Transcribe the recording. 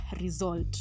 result